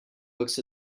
books